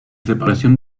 separación